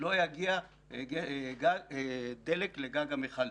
לא יגיע דלק לגג המכל.